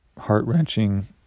Heart-wrenching